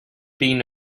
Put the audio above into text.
been